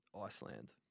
Iceland